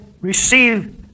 receive